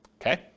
Okay